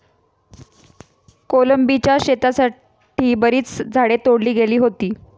कोलंबीच्या शेतीसाठी बरीच झाडे तोडली गेली होती